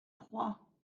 trois